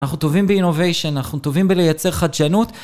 אנחנו טובים ב-innovation, אנחנו טובים בלייצר חדשנות.